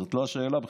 זאת לא השאלה בכלל.